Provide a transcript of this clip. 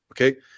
Okay